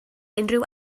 unrhyw